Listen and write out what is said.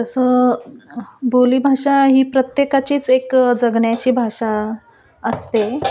तसं बोलीभाषा ही प्रत्येकाचीच एक जगण्याची भाषा असते